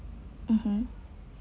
(uh huh)